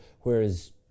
whereas